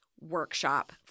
workshop